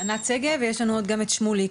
אני ענת שגב ויש לנו גם את שמוליק,